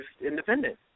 independent